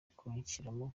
kwishyiramo